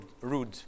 rude